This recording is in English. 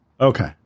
okay